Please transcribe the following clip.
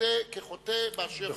חוטא כחוטא באשר הוא.